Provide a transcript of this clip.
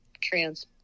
trans